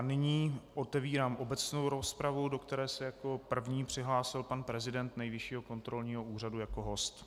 Nyní otevírám obecnou rozpravu, do které se jako první přihlásil pan prezident Nejvyššího kontrolního úřadu jako host.